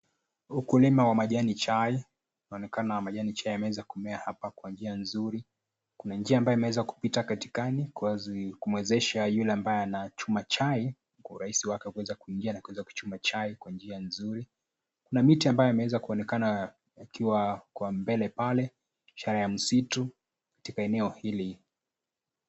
Ukulima wa majani chai, inaonekana majani chai yameweza kumea hapa njia nzuri. Kuna njia mabayo imeweza kupita katikati kumwezesha yule ambaye chuna chai kwa urahisi kuingia na kuweza kuchuna chai kwa njia nzuri na miti amabyo inayoweza kuonekana ikiwa kwa mbele pale, chai ya msitu katika eneo hili.